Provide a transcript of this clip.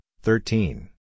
thirteen